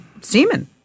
semen